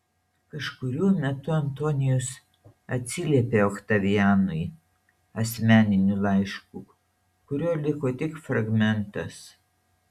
kažkuriuo metu antonijus atsiliepė oktavianui asmeniniu laišku kurio liko tik fragmentas